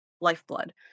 lifeblood